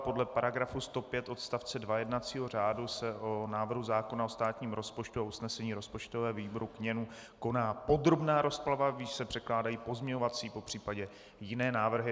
Podle § 105 odst. 2 jednacího řádu se o návrhu zákona o státním rozpočtu a usnesení rozpočtového výboru k němu koná podrobná rozprava, v níž se předkládají pozměňovací, popřípadě jiné návrhy.